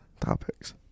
topics